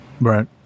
Right